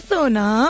Sona